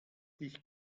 dich